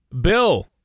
Bill